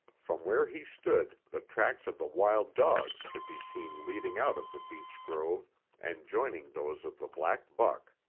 from where he stood the tracks of the wild dogs could be seen leading out of the beech grove and joining those of the black buck.